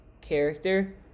character